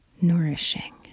nourishing